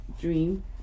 dream